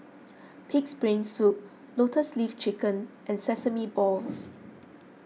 Pig's Brain Soup Lotus Leaf Chicken and Sesame Balls